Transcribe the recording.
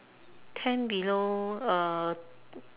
tent below uh